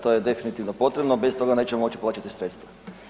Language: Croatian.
To je definitivno potrebno, bez toga nećemo moći plaćati sredstva.